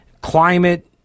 climate